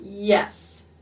Yes